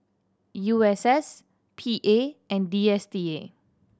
U S S P A and D S T A